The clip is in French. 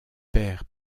père